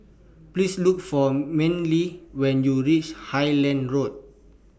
Please Look For Manly when YOU REACH Highland Road